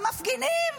המפגינים.